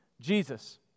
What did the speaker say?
Jesus